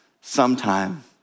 sometime